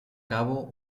cabo